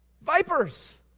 Vipers